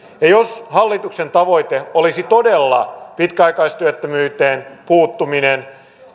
jos hallituksen tavoite olisi todella pitkäaikaistyöttömyyteen puuttuminen ja